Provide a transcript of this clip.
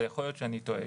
אבל יכול להיות שאני טועה.